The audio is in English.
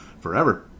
forever